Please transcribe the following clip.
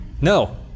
No